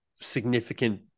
significant